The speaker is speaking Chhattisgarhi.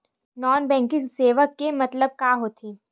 नॉन बैंकिंग सेवा के मतलब का होथे?